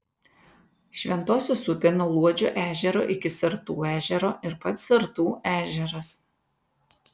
šventosios upė nuo luodžio ežero iki sartų ežero ir pats sartų ežeras